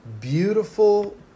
Beautiful